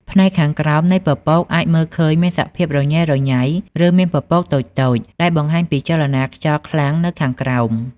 ផ្នែកខាងក្រោមនៃពពកអាចមើលឃើញមានសភាពរញ៉េរញ៉ៃ ឬមានពពកតូចៗ ដែលបង្ហាញពីចលនាខ្យល់ខ្លាំងនៅខាងក្រោម។